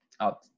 out